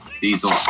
Diesel